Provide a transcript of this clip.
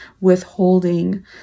withholding